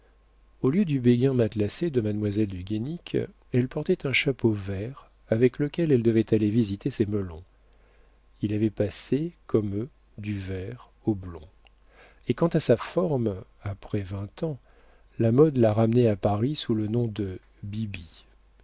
au lieu du béguin matelassé de mademoiselle du guénic elle portait un chapeau vert avec lequel elle devait aller visiter ses melons il avait passé comme eux du vert au blond et quant à sa forme après vingt ans la mode l'a ramenée à paris sous le nom de bibi